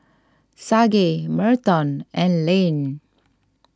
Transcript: Sage Merton and Layne